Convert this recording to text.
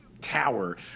tower